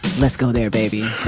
let's go there baby.